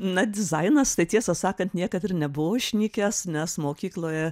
na dizainas tai tiesą sakant niekad ir nebuvo išnykęs nes mokykloje